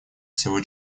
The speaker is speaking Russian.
всего